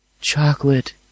Chocolate